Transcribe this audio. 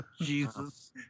Jesus